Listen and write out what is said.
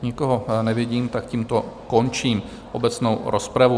Nikoho nevidím, tak tímto končím obecnou rozpravu.